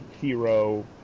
hero